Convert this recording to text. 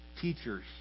teachers